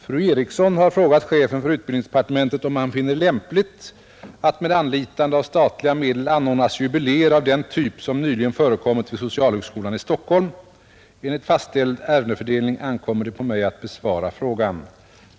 Herr talman! Fru Eriksson i Stockholm har frågat chefen för utbildningsdepartementet om han finner det lämpligt att det med anlitande av statliga medel anordnas jubileer av den typ som nyligen förekommit vid socialhögskolan i Stockholm. Enligt fastställd ärendefördelning ankommer det på mig att besvara frågan.